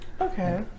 Okay